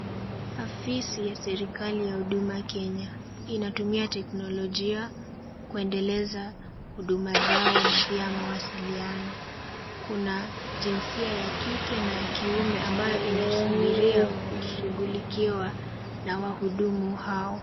Afisi ya serikali ya Huduma Kenya, inatumia teknolojia kuendeleza huduma zao na pia mawasiliano. Kuna jinsia ya kike na ya kiume ambayo inasubiria kushughuikiwa na wahudumu hao.